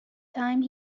time